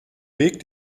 weg